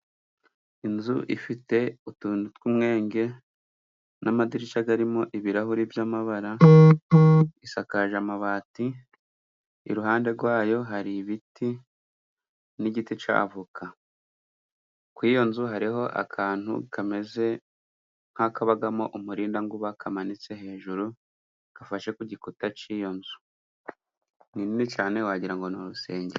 Inzu ifite utuntu tw'umwenge, n'amadirishya arimo ibirahuri by'amabara, isakaje amabati, iruhande rwayo hari ibiti, n'igiti cya avoka, ku iyo nzu hariho akantu kameze nk'akabagamo umurindankuba kamanitse hejuru gafashe ku gikuta k'iyo nzu ni nini cyane wagira ngo n'urusengero.